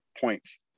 points